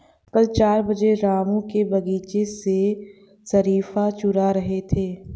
कल चार बच्चे रामू के बगीचे से शरीफा चूरा रहे थे